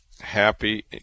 Happy